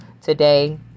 today